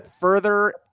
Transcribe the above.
further